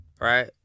right